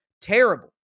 Terrible